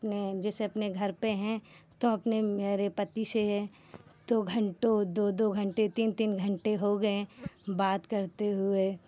अपने जैसे अपने घर पर हैं तो अपने मेरे पति से तो घन्टों दो दो घन्टे तीन तीन घन्टे हो गए बात करते हुए